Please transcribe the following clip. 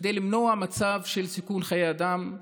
כדי למנוע מצב של סיכון חיי אדם,